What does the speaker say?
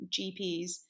GPs